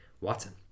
Watson